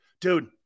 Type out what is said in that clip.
Dude